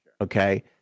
Okay